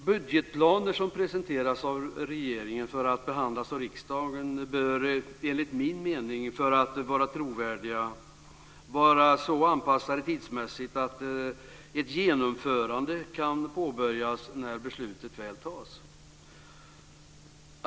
Budgetplaner som presenteras av regeringen för att behandlas av riksdagen bör enligt min mening för att vara trovärdiga vara så anpassade tidsmässigt att ett genomförande kan påbörjas när beslutet väl tas.